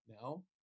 now